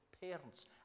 parents